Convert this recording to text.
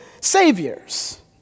saviors